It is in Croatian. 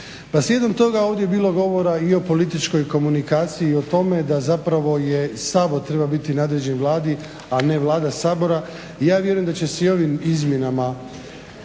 Pa slijedom toga ovdje je bilo govora i o političkoj komunikaciji i o tome da zapravo Sabor treba biti nadređen Vladi, a ne Vlada Saboru. Ja vjerujem da će se i ovim izmjenama